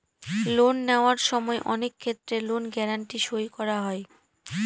loan নেওয়ার সময় অনেক ক্ষেত্রে লোন গ্যারান্টি সই করা হয়